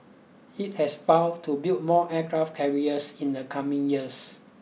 it has vowed to build more aircraft carriers in the coming years